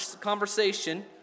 conversation